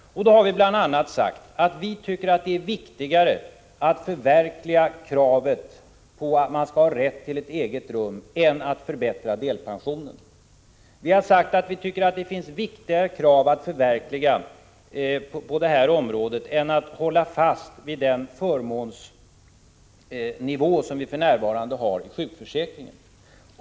Då har vi bl.a. sagt att vi tycker att det är viktigare att förverkliga kravet att man skall ha rätt till eget rum i långvården än att förbättra delpensionen. Vi har sagt att vi tycker att det finns viktigare krav att förverkliga i det sammanhanget än att hålla fast vid den förmånsnivå som vi för närvarande har i sjukförsäkringen.